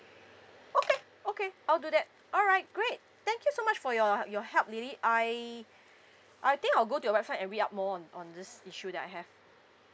okay okay I'll do that all right great thank you so much for your h~ your help lily I I think I'll go to your website and read up more on on this issue that I have